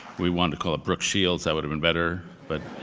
we want to call it brooks shields, but been better. but